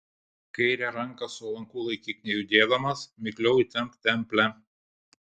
kairę ranką su lanku laikyk nejudėdamas mikliau įtempk templę